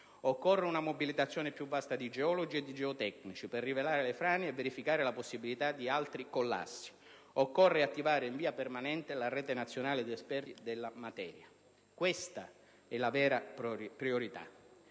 Occorre una mobilitazione più vasta di geologi e di geotecnici, per rilevare le frane e verificare la possibilità di altri collassi. Occorre attivare in via permanente la rete nazionale di esperti della materia. Questa è la vera priorità.